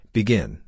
Begin